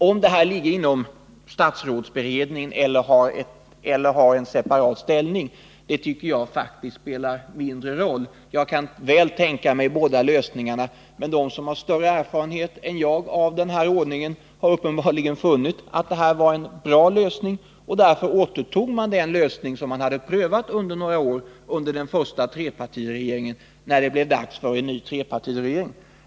Om samordningen sker inom statsrådsberedningen eller i kanslier med en separat ställning spelar enligt min mening mindre roll. Jag kan väl tänka mig båda lösningarna. Men de som har större erfarenhet än jag av denna ordning har uppenbarligen funnit att systemet med fristående samordningskanslier var en bra lösning. Därför återinfördes när det blev dags för en ny trepartiregering den lösning som hade prövats några år under den första trepartiregeringen.